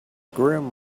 grim